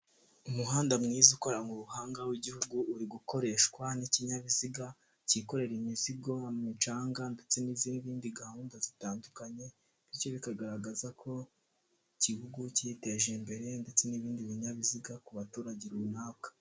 Umuhanda mwiza ukoranwe ubuhanga w'Igihugu uri gukoreshwa n'ikinyabiziga cyikorera imizigo, imicanga ndetse n'izindi gahunda zitandukanye, bityo bikagaragaza ko Igihugu cyiteje imbere ndetse n'ibindi binyabiziga ku baturage runaka.